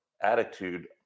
attitude